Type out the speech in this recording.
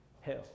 hell